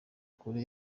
kure